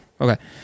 Okay